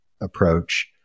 approach